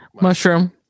Mushroom